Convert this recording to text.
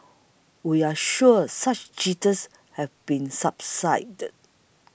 we're sure such jitters have since subsided